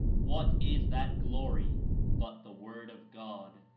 what is that glory but the word of god?